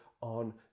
on